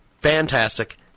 Fantastic